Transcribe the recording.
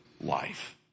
life